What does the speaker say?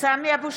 סמי אבו